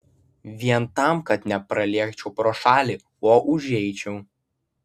vien tam kad nepralėkčiau pro šalį o užeičiau